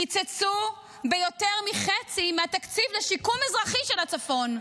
קיצצו ביותר מחצי מהתקציב לשיקום אזרחי של הצפון.